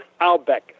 Albeck